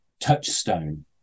touchstone